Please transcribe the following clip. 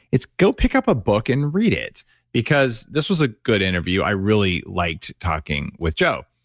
it's, go pick up a book and read it because this was a good interview. i really liked talking with joe.